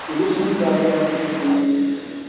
किदृशं कार्यानं इच्छति भवती